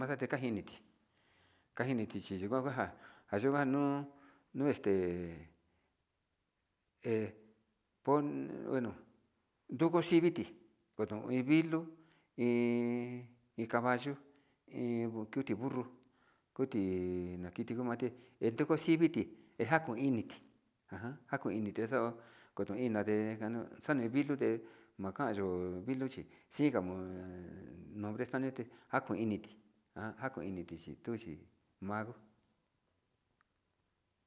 Maxate njaxiniti kakiniti chi kuakuaja njayikuan nuu este he pon bueno nruku civite konoti vilu he inka vayuu iin kuti burro koti nakiti kuu mate he ruku civiti, kenjan kon iti ajan njakuu initi xo'o koto inate njano xane vilo te makayo vilo xhi xika mo'o he nombre xa'a ñote akon initi ajan ko'o initi xhituxhi ma'a.